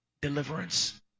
Deliverance